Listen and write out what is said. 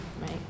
right